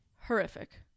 horrific